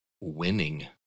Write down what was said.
winning